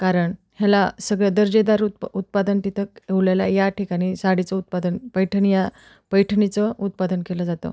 कारण ह्याला सगळं दर्जेदार उत् उत्पादन तिथं येवलेला या ठिकाणी साडीचं उत्पादन पैठणी या पैठणीचं उत्पादन केलं जातं